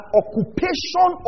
occupation